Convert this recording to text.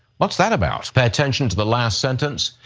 what's that about? pay attention to the last sentence,